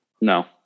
No